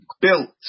built